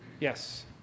Yes